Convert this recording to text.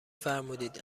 فرمودید